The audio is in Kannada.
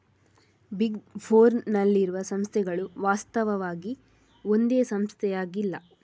ಬಿಗ್ ಫೋರ್ನ್ ನಲ್ಲಿರುವ ಸಂಸ್ಥೆಗಳು ವಾಸ್ತವವಾಗಿ ಒಂದೇ ಸಂಸ್ಥೆಯಾಗಿಲ್ಲ